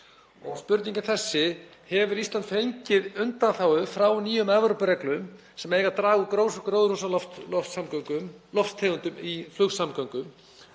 Spurningin er þessi: Hefur Ísland fengið undanþágu frá nýjum Evrópureglum sem eiga að draga úr losun gróðurhúsalofttegunda í flugsamgöngum?